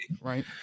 Right